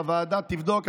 הוועדה תבדוק,